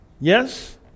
Yes